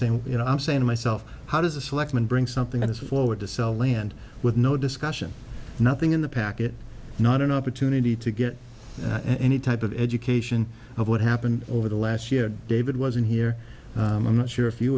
way you know i'm saying to myself how does a selectman bring something to this forward to sell land with no discussion nothing in the packet not an opportunity to get any type of education of what happened over the last year david was in here i'm not sure if you